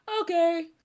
Okay